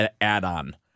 add-on